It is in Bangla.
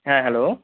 হ্যাঁ হ্যালো